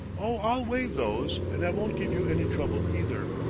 oh, i'll waive those and i won't give you any trouble, either.